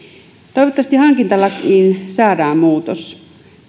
toivottavasti hankintalakiin saadaan muutos